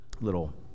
little